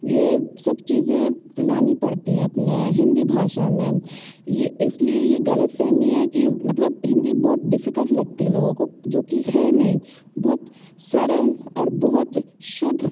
यह सब चीजे़ं लानी पड़ती हैं अपनी हिंदी भाषा में यह इसलिए यह ग़लतफ़हमी है कि मतलब हिंदी बहुत डिफ़िकल्ट लगती है लोगों को जो कि है नहीं बहुत सरल और बहुत शुद्ध